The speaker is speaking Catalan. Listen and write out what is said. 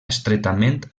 estretament